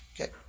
Okay